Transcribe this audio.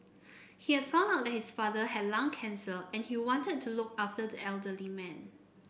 he had found out that his father had lung cancer and he wanted to look after the elderly man